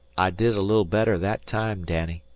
i did a little better that time, danny,